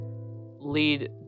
lead